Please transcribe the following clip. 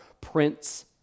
Prince